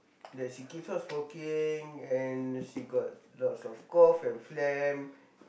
that she keeps on smoking and she got lots of cough and phlegm